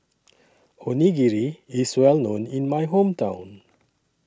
Onigiri IS Well known in My Hometown